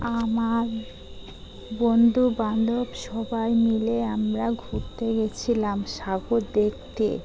আমার বন্ধুবান্ধব সবাই মিলে আমরা ঘুরতে গিয়েছিলাম সাগর দেখতে